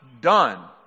done